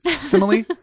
simile